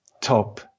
top